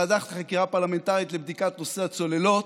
ועדת חקירה פרלמנטרית לבדיקת נושא הצוללות,